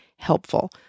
helpful